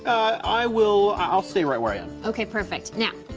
i will, i'll stay right where i am. okay, perfect, now,